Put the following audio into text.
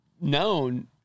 known